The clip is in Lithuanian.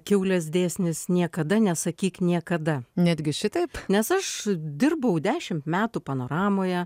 kiaulės dėsnis niekada nesakyk niekada netgi šitaip nes aš dirbau dešimt metų panoramoje